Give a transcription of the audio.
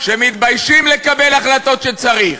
שמתביישים לקבל החלטות כשצריך.